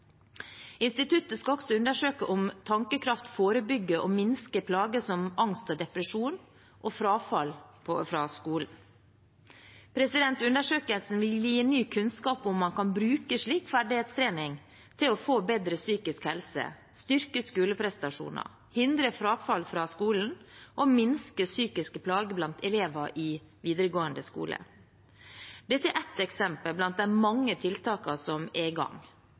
Instituttet skal også undersøke om Tankekraft forebygger og minsker plager som angst og depresjon, og frafall fra skolen. Undersøkelsen vil gi ny kunnskap om man kan bruke slik ferdighetstrening til å få bedre psykisk helse, styrke skoleprestasjoner, hindre frafall fra skolen og minske psykiske plager blant elever i videregående skole. Dette er ett eksempel blant de mange tiltakene som er i gang.